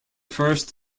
first